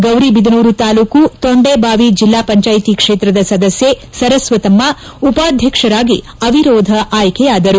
ಗೌರಿಬಿದನೂರು ತಾಲೂಕು ತೊಂಡೇಬಾವಿ ಜಿಲ್ಲಾ ಪಂಚಾಯಿತಿ ಕ್ಷೇತ್ರದ ಸದಸ್ಯೆ ಸರಸ್ವತಮ್ನ ಉಪಾಧ್ಯಕ್ಷರಾಗಿ ಅವಿರೋಧ ಆಯ್ಕೆಯಾದರು